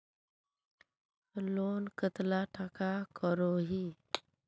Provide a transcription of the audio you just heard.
Loan कतला टाका करोही?